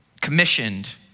commissioned